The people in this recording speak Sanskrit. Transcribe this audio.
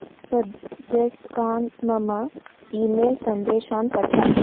सद्यस्कान् मम ईमेल् सन्देशान् पठ